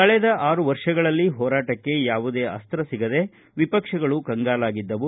ಕಳೆದ ಆರು ವರ್ಷಗಳಲ್ಲಿ ಹೋರಾಟಕ್ಕೆ ಯಾವುದೇ ಅಸ್ತ ಸಿಗದೆ ವಿಪಕ್ಷಗಳು ಕಂಗಾಲಾಗಿದ್ದವು